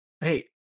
Hey